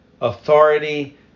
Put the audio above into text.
Authority